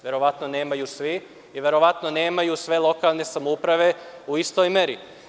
Verovatno nemaju svi i verovatno nemaju sve lokalne samouprave u istoj meri.